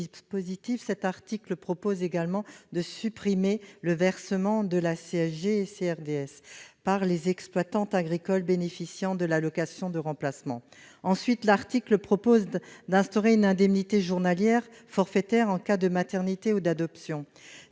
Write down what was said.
cet article prévoit également de supprimer le versement de la CSG et de la CRDS par les exploitantes agricoles bénéficiant de l'allocation de remplacement. L'article prévoit ensuite l'instauration d'une indemnité journalière forfaitaire en cas de maternité ou d'adoption.